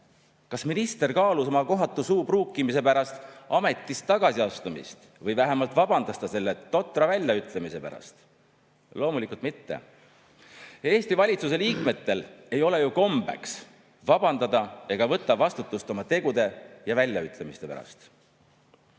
Kas minister kaalus oma kohatu suupruukimise pärast ametist tagasiastumist või vähemalt vabandas ta selle totra väljaütlemise pärast? Loomulikult mitte. Eesti valitsusliikmetel ei ole ju kombeks vabandada ega võtta vastutust oma tegude ja väljaütlemiste pärast.